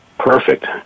Perfect